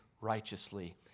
righteously